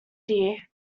dear